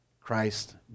Christ